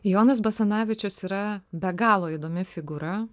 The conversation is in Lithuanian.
jonas basanavičius yra be galo įdomi figūra